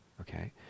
okay